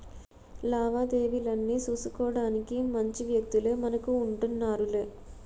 లావాదేవీలన్నీ సూసుకోడానికి మంచి వ్యక్తులే మనకు ఉంటన్నారులే